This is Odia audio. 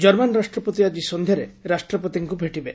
ଜର୍ମାନ ରାଷ୍ଟ୍ରପତି ଆକି ସନ୍ଧ୍ୟାରେ ରାଷ୍ଟ୍ରପତିଙ୍କୁ ଭେଟିବେ